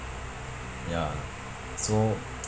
ya so